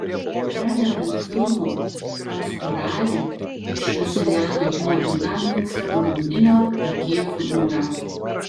pradedant filmu pastoralė iš joselianio kino ilgam dingsta pagrindinio veikėjo figūra